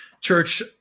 Church